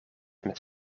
met